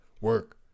work